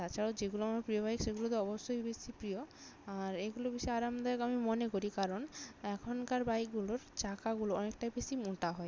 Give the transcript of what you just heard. তাছাড়াও যেগুলো আমার প্রিয় বাইক সেগুলো তো অবশ্যই বেশি প্রিয় আর এগুলো বেশি আরামদায়ক আমি মনে করি কারণ এখনকার বাইকগুলোর চাকাগুলো অনেকটাই বেশি মোটা হয়